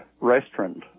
restaurant